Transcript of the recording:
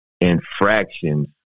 infractions